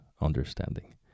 understanding